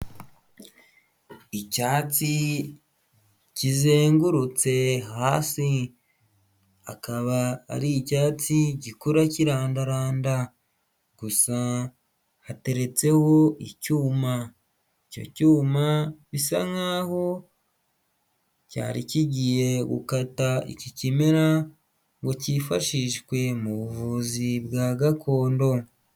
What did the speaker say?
Icyatsi kizengurutse hasi akaba ari icyatsi gikura kirandaranda gusa hateretseho icyuma icyo cyuma bisa nkaho cyari kigiye gukata iki kimera ngo cyifashishwe mu buvuzi bwa gakondo.